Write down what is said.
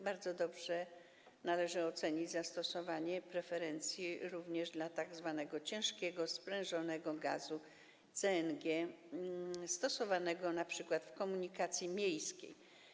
Bardzo dobrze należy ocenić zastosowanie preferencji również w przypadku tzw. ciężkiego sprężonego gazu CNG, stosowanego np. w komunikacji miejskiej.